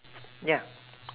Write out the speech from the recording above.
ya